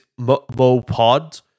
MoPod